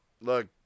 look